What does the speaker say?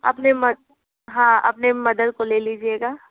अपने म हाँ मदर को ले लीजिएगा